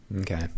Okay